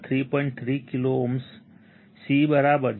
3 kilo ohm C0